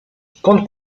skąd